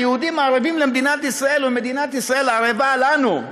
היהודים ערבים למדינת ישראל ומדינת ישראל ערבה לנו,